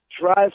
Drive